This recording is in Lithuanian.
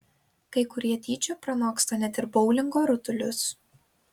kai kurie dydžiu pranoksta net ir boulingo rutulius